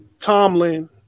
Tomlin –